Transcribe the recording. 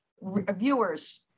viewers